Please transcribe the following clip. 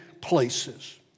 places